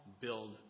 build